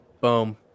Boom